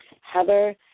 Heather